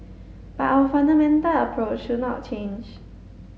but our fundamental approach should not change